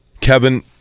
Kevin